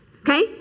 Okay